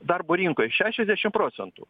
darbo rinkoj šešiasdešim procentų